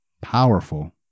powerful